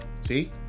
see